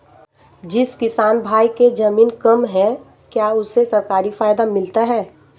जिस किसान भाई के ज़मीन कम है क्या उसे सरकारी फायदा मिलता है?